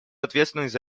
ответственность